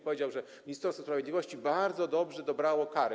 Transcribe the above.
Powiedział, że Ministerstwo Sprawiedliwości bardzo dobrze dobrało karę.